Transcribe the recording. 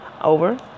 over